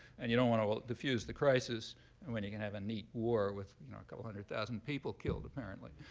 and you don't want to defuse the crisis and when you can have a neat war with you know a couple hundred thousand people killed, apparently.